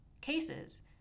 cases